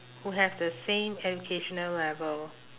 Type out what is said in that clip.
who have the same educational level